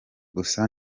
gusa